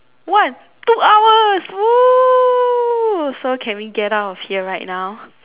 one two hours !woo! so can we get out of here right now